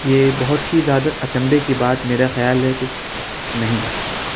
یہ بہت ہی زیادہ اچنبھے کی بات میرا خیال ہے کہ نہیں ہے